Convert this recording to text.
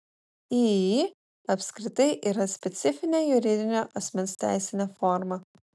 iį apskritai yra specifinė juridinio asmens teisinė forma